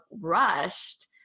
rushed